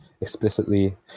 explicitly